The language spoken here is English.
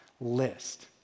list